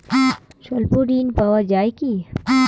স্বল্প ঋণ পাওয়া য়ায় কি?